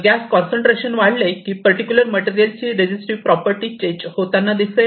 gas concentration वाढले की particular material ची रेझीटीव्ह प्रॉपर्टी चेंज होताना दिसेल